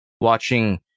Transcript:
Watching